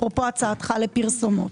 אפרופו הצעתך לפרסומות.